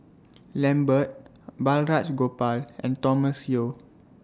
Lambert Balraj Gopal and Thomas Yeo